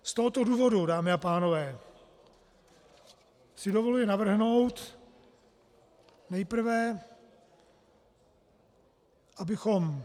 Z tohoto důvodu, dámy a pánové, si dovoluji navrhnout nejprve, abychom...